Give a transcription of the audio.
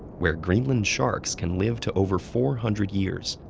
where greenland sharks can live to over four hundred years,